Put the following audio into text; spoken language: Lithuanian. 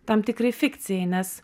tam tikrai fikcijai nes